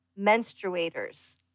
menstruators